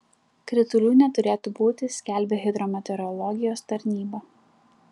kritulių neturėtų būti skelbia hidrometeorologijos tarnyba